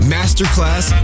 Masterclass